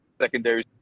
secondary